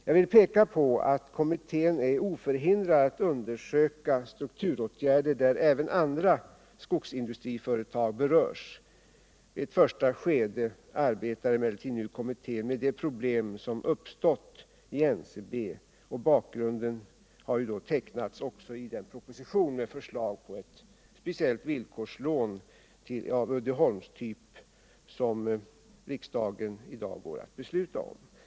Jag vill peka på att kommittén är oförhindrad att undersöka strukturåtgärder där även andra skogsindustriföretag berörs. I ett första skede arbetar nu kommittén med de problem som uppstått inom NCB. Bakgrunden har tecknats i den proposition med förslag till ett speciellt villkorslån av Uddeholmstyp som riksdagen i dag går att besluta om.